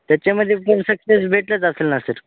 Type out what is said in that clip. त्याच्यामध्येपण सक्सेस भेटलाच असेल ना सर